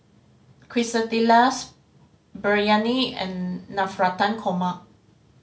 Quesadillas Biryani and Navratan Korma